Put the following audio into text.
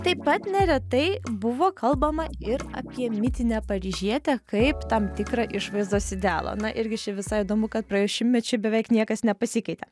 taip pat neretai buvo kalbama ir apie mitinę paryžietę kaip tam tikrą išvaizdos idealą na irgi čia visai įdomu kad praėjus šimtmečiui beveik niekas nepasikeitė